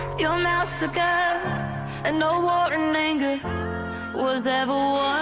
your mouth's a gun and no war in angry was ever